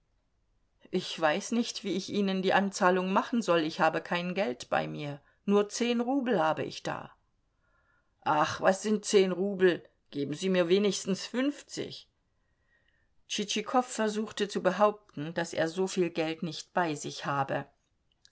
ich weiß nicht wie ich ihnen die anzahlung machen soll ich habe kein geld bei mir nur zehn rubel habe ich da ach was sind zehn rubel geben sie mir wenigstens fünfzig tschitschikow versuchte zu behaupten daß er soviel geld nicht bei sich habe